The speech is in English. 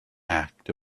act